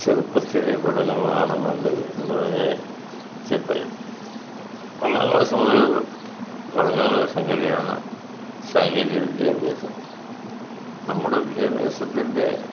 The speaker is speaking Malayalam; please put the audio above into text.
ചെറുപ്പത്തിലേ തുടങ്ങുന്നതാണ് നല്ലത് എന്നുപറഞ്ഞാൽ ചെപ്പ് ഒന്നാം ക്ലാസ് മുതൽ തുടങ്ങാവുന്ന ഒരു സംഗതിയാണ് സാങ്കേതികവിദ്യാഭ്യാസം നമ്മുടെ വിദ്യാഭ്യാസത്തിൻ്റെ